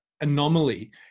anomaly